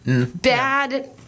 bad